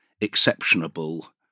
exceptionable